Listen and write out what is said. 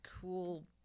cool –